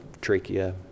trachea